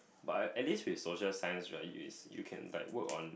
but at at least with social science right if is you can like work on